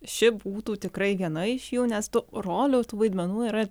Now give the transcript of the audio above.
ši būtų tikrai viena iš jų nes tų rolių vaidmenų yra